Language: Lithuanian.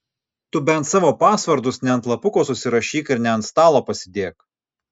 tu bent savo pasvordus ne ant lapuko susirašyk ir ne ant stalo pasidėk